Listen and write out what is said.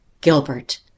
Gilbert